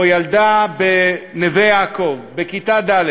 או ילדה בנווה-יעקב, בכיתה ד',